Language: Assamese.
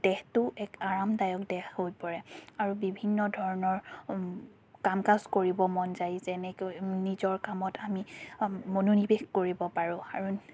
দেহটো এক আৰামদায়ক দেহ হৈ পৰে আৰু বিভিন্ন ধৰণৰ কাম কাজ কৰিব মন যায় যেনেকৈ নিজৰ কামত আমি মনোনিৱেশ কৰিব পাৰোঁ আৰু